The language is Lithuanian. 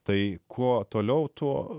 tai kuo toliau tuo